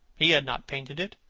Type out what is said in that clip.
he had not painted it.